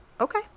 Okay